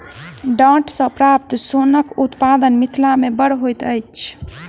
डांट सॅ प्राप्त सोनक उत्पादन मिथिला मे बड़ होइत अछि